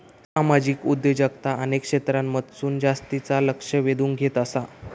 सामाजिक उद्योजकता अनेक क्षेत्रांमधसून जास्तीचा लक्ष वेधून घेत आसा